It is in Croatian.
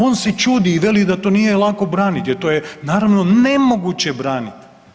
On se čudi i veli da to nije lako braniti jer to je naravno nemoguće braniti.